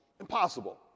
impossible